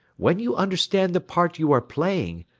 when you understand the part you are playing,